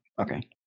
Okay